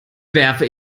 werfe